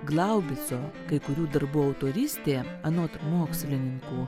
glaubico kai kurių darbų autorystė anot mokslininkų